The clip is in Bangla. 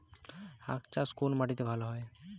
আখ চাষ কোন মাটিতে ভালো হয়?